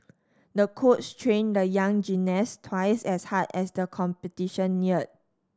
the coach trained the young gymnast twice as hard as the competition neared